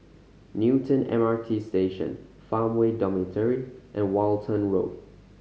Newton M R T Station Farmway Dormitory and Walton Road